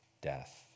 death